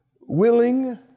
Willing